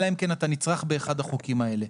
אלא אם כן אתה נצרך באחד החוקים האלה.